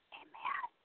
amen